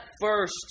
first